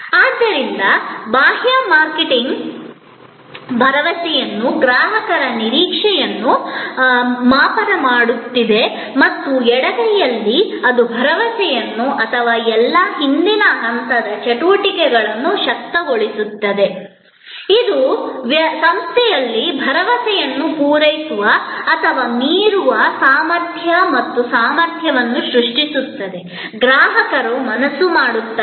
ಆದ್ದರಿಂದ ಬಾಹ್ಯ ಮಾರ್ಕೆಟಿಂಗ್ ಭರವಸೆಯನ್ನು ಗ್ರಾಹಕರ ನಿರೀಕ್ಷೆಯನ್ನು ಮಾಪನ ಮಾಡುತ್ತಿದೆ ಮತ್ತು ಎಡಗೈಯಲ್ಲಿ ಅದು ಭರವಸೆಯನ್ನು ಅಥವಾ ಎಲ್ಲಾ ಹಿಂದಿನ ಹಂತದ ಚಟುವಟಿಕೆಗಳನ್ನು ಶಕ್ತಗೊಳಿಸುತ್ತದೆ ಇದು ಸಂಸ್ಥೆಯಲ್ಲಿ ಭರವಸೆಯನ್ನು ಪೂರೈಸುವ ಅಥವಾ ಮೀರುವ ಸಾಮರ್ಥ್ಯ ಮತ್ತು ಸಾಮರ್ಥ್ಯವನ್ನು ಗ್ರಾಹಕರ ಮನಸ್ಸಿನಲ್ಲಿ ಸೃಷ್ಟಿಸುತ್ತದೆ